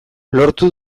lortu